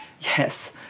Yes